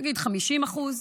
נגיד50% ,